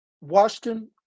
Washington